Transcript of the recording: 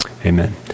Amen